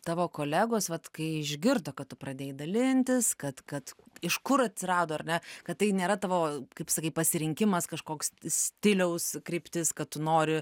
tavo kolegos vat kai išgirdo kad tu pradėjai dalintis kad kad iš kur atsirado ar ne kad tai nėra tavo kaip sakai pasirinkimas kažkoks stiliaus kryptis kad tu nori